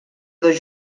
dos